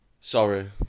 Sorry